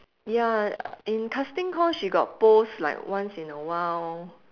ya in casting call she got post like once in a while